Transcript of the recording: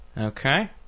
Okay